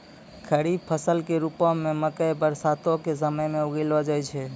खरीफ फसलो के रुपो मे मकइ बरसातो के समय मे उगैलो जाय छै